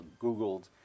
Googled